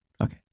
Okay